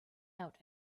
out